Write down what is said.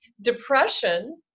Depression